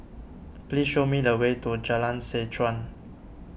please show me the way to Jalan Seh Chuan